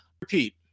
Repeat